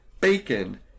bacon